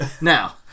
now